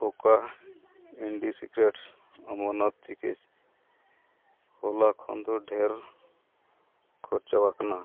ᱚᱠᱟ indie secrets Amarnath ᱪᱤᱠᱤᱥ ᱦᱚᱞᱟ ᱠᱷᱚᱱ ᱫᱚ ᱰᱷᱮᱨ ᱠᱷᱚᱨᱪᱟ ᱟᱠᱟᱱᱟ